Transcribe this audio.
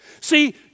See